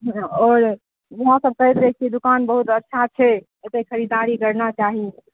आओर इएह सभ करैत रहै छी दोकान बहुत अच्छा छै एहिसे खरीददारी करना चाही